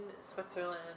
switzerland